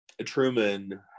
Truman